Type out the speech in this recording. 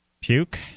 puke